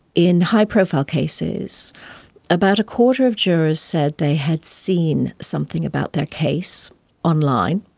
in high profile cases about a quarter of jurors said they had seen something about their case online,